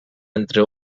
entre